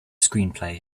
screenplay